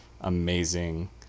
amazing